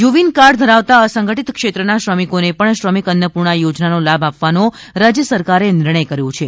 you win card ધરાવતા અસંગઠિત ક્ષેત્રના શ્રમિકોને પણ શ્રમિક અન્નપૂર્ણા યોજનાનો લાભ આપવાનો રાજ્ય સરકારે નિર્ણય કર્યો છે